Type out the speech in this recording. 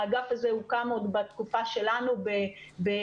האגף הזה הוקם עוד בתקופה שלנו במערכת